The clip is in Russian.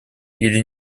или